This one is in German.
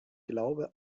glaube